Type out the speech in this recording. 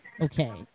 okay